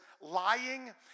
lying